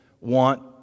want